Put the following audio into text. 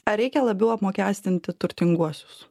ar reikia labiau apmokestinti turtinguosius